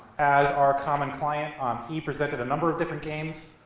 as our common client, um he presented a number of different games,